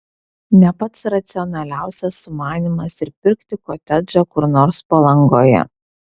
ne pats racionaliausias sumanymas ir pirkti kotedžą kur nors palangoje